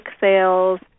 sales